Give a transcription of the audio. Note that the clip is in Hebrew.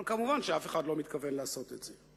אבל כמובן, אף אחד לא מתכוון לעשות את זה.